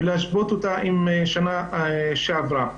ולהשוות אותה עם שנה שעברה.